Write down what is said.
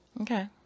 Okay